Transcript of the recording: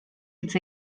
hitz